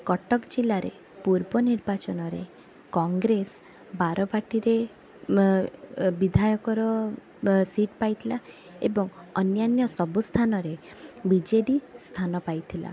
କଟକ ଜିଲ୍ଲାରେ ପୂର୍ବ ନିର୍ବାଚନରେ କଂଗ୍ରେସ ବାରବାଟୀରେ ବିଧାୟକର ସିଟ୍ ପାଇଥିଲା ଏବଂ ଅନ୍ୟାନ୍ୟ ସବୁସ୍ଥାନରେ ବି ଜେ ଡ଼ି ସ୍ଥାନ ପାଇଥିଲା